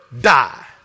die